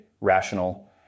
rational